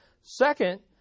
Second